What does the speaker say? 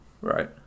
Right